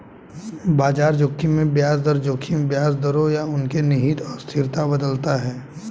बाजार जोखिम में ब्याज दर जोखिम ब्याज दरों या उनके निहित अस्थिरता बदलता है